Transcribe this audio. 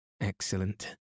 Excellent